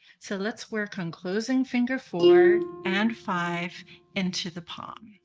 so let's work on closing finger four and five into the palm.